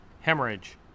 Hemorrhage